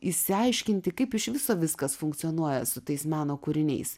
išsiaiškinti kaip iš viso viskas funkcionuoja su tais meno kūriniais